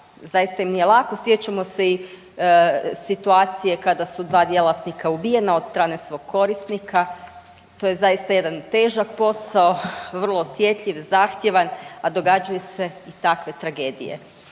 zaista im nije lako. Sjećamo se i situacije kada su dva djelatnika ubijena od strane svog korisnika. To je zaista jedan težak posao, vrlo osjetljiv, zahtjeva, a događaju se takve tragedije.